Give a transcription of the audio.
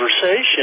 conversation